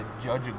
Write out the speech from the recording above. judge